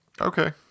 okay